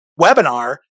webinar